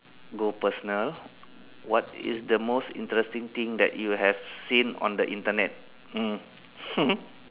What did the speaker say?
go personal what is the most interesting thing that you have seen on the Internet mm